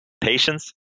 Patience